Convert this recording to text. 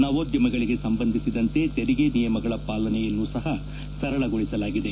ನವೋದ್ಯಮಗಳಿಗೆ ಸಂಬಂಧಿಸಿದಂತೆ ತೆರಿಗೆ ನಿಯಮಗಳ ಪಾಲನೆಯನ್ನೂ ಸಹ ಸರಳಗೊಳಿಸಲಾಗಿದೆ